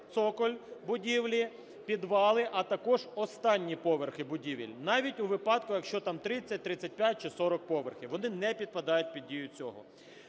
цоколь будівлі, підвали, а також останні поверхи будівель, навіть у випадку, якщо там 30, 35 чи 40 поверхів, вони не підпадають під дію цього.